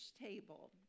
table